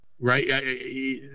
right